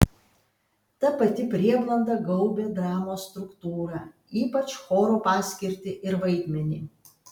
ta pati prieblanda gaubė dramos struktūrą ypač choro paskirtį ir vaidmenį